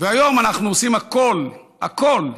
והיום אנחנו עושים הכול הכול און-ליין,